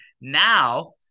now